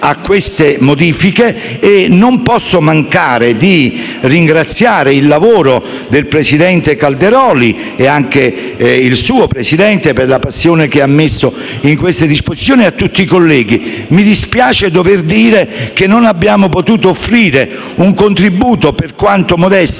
in esame e non posso mancare di ringraziare per il lavoro svolto il presidente Calderoli, lei, signor Presidente, per la passione che ha messo in queste disposizioni, e tutti i colleghi. Mi dispiace dover dire che non abbiamo potuto offrire un contributo, per quanto modesto,